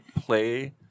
play